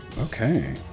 Okay